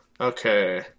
Okay